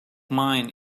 mine